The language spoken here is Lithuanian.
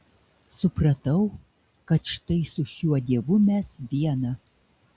supratau kad štai su šiuo dievu mes viena